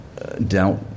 Doubt